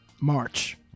March